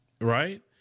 right